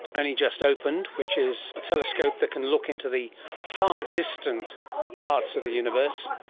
only just opened, which is a telescope that can look into the far distant parts of the universe,